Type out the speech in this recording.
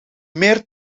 meer